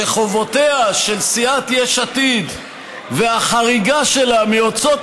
שחובותיה של סיעת יש עתיד והחריגה שלה מהוצאות